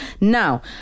Now